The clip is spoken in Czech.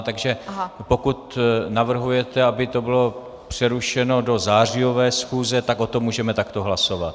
Takže pokud navrhujete, aby to bylo přerušeno do zářijové schůze, tak o tom můžeme takto hlasovat.